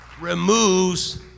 removes